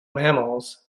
mammals